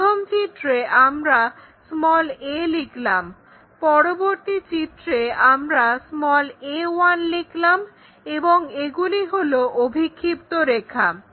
প্রথম চিত্রে আমরা a লিখলাম পরবর্তী চিত্রে আমরা a1 লিখলাম এবং এগুলি হলো অভিক্ষিপ্ত রেখা